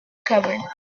cover